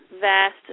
vast